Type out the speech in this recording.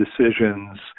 decisions